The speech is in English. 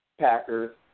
Packers